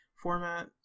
format